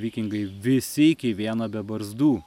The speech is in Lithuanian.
vikingai visi iki vieno be barzdų